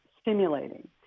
stimulating